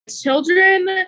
children